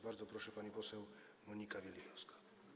Bardzo proszę, pani poseł Monika Wielichowska.